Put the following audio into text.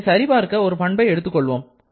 இதை சரி பார்க்க ஒரு பண்பை எடுத்துக் கொள்வோம்